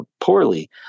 poorly